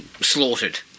slaughtered